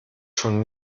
schon